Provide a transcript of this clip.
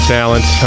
Talent